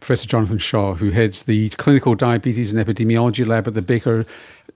professor jonathan shaw, who heads the clinical diabetes and epidemiology lab at the baker